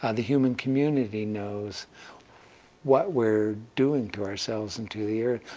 ah the human community knows what we're doing to ourselves and to the earth,